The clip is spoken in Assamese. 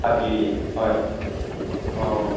তাকে হয় অ'